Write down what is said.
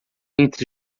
entre